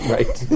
Right